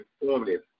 informative